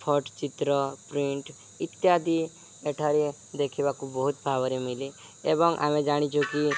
ଫଟଚିତ୍ର print ଇତ୍ୟାଦି ଏଠାରେ ଦେଖିବାକୁ ବହୁତ ଭାବରେ ମିଳେ ଏବଂ ଆମେ ଜାଣିଛୁ କି